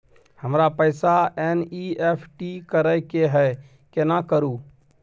हमरा पैसा एन.ई.एफ.टी करे के है केना करू?